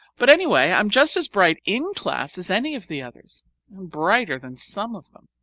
but anyway, i'm just as bright in class as any of the others and brighter than some of them!